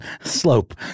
slope